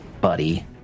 buddy